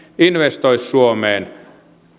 investoi suomeen